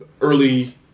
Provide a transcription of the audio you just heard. early